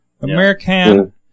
American